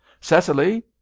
cecily